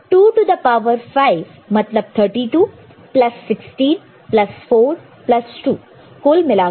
2 to the power 5 मतलब 32 plus 16 plus 4 plus 2 कुल मिलाकर 54 मिला